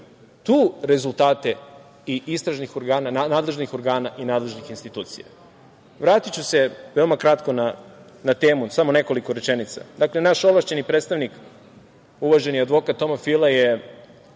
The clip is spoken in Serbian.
tu rezultate i nadležnih organa i nadležnih institucija. Vratiću se veoma kratko na temu, samo nekoliko rečenica. Dakle, naš ovlašćeni predstavnik uvaženi advokat Toma Fila je